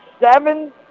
seven